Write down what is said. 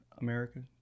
America